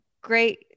great